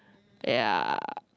ya